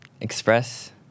express